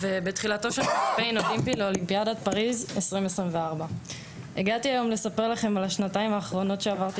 ובתחילתו של קמפיין אולימפי לאולימפיאדת פריז 2024. הגעתי היום לספר לכם על השנתיים האחרונות שעברתי